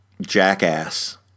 jackass